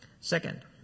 Second